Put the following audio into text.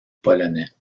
polonais